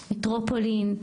מטרופולין,